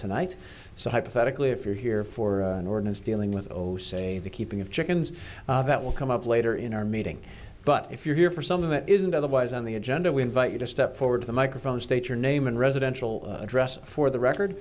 tonight so hypothetically if you're here for an ordinance dealing with oh say the keeping of chickens that will come up later in our meeting but if you're here for some of it isn't otherwise on the agenda we invite you to step forward to the microphone state your name and residential address for the record